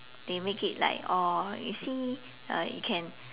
they make it like oh you see uh you can